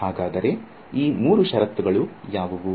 ಹಾಗಾದರೆ ಈ ಮೂರು ಷರತ್ತುಗಳು ಯಾವುವು